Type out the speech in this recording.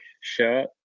shirt